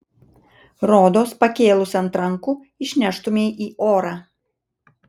rodos pakėlus ant rankų išneštumei į orą